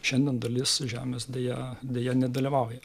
šiandien dalis žemės deja deja nedalyvauja